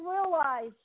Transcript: realize